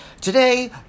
Today